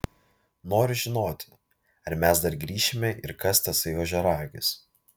noriu žinoti ar mes dar grįšime ir kas tasai ožiaragis